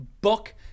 book